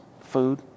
food